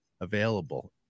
available